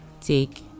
take